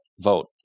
vote